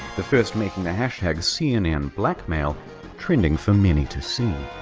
the first, making the hashtag, cnnblackmail trending for many to see.